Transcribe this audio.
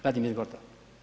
Vladimir Gortan?